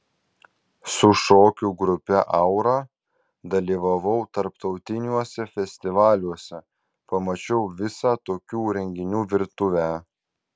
su šokių grupe aura dalyvavau tarptautiniuose festivaliuose pamačiau visą tokių renginių virtuvę